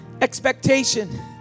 expectation